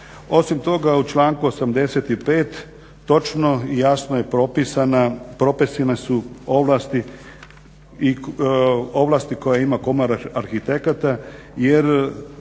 Osim toga u članku 85. točno i jasno je propisana, propisane su ovlasti, ovlasti koje ima komora arhitekata jer